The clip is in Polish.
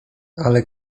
ale